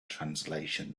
translation